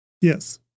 Yes